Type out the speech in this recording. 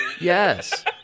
Yes